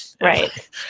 Right